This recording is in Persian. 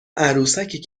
عروسکی